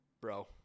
Bro